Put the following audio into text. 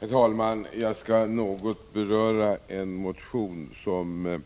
Herr talman! Jag skall något beröra motion 341, som